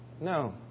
no